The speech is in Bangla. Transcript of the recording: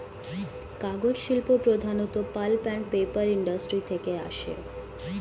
কাগজ শিল্প প্রধানত পাল্প অ্যান্ড পেপার ইন্ডাস্ট্রি থেকে আসে